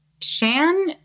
Shan